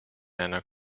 einer